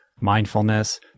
mindfulness